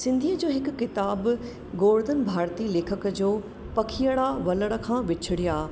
सिंधीअ जो हिकु किताबु गोवर्धन भारती लेखक जो पखिआड़ा वलड़ खां विछड़िया